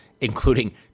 including